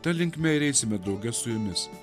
ta linkme ir eisime drauge su jumis